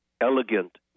elegant